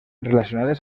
relacionades